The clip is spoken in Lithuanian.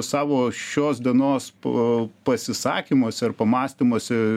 savo šios dienos p pasisakymuose ar pamąstymuose